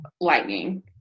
lightning